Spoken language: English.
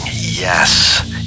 yes